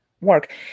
Work